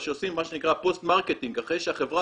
או שעושים מה שנקרא פוסט מרקטינג אחרי שהחברה